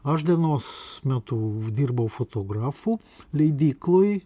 aš dienos metu dirbau fotografu leidykloj